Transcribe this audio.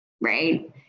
right